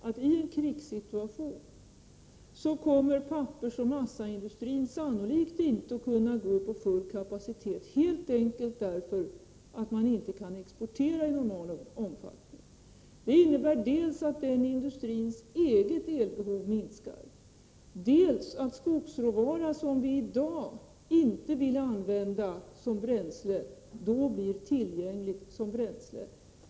Ten krigssituation kommer pappersoch massaindustrin sannolikt inte att kunna arbeta med full kapacitet, helt enkelt därför att man inte kan exportera i normal omfattning. Det innebär dels att den industrins eget elbehov minskar, dels att skogsråvara, som vi i dag inte vill använda som bränsle, då blir tillgänglig som bränsle.